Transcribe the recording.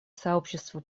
сообщество